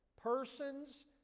Persons